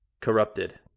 corrupted